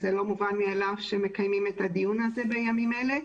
זה לא מובן מאליו שמקיימים את הדיון הזה בימים אלה.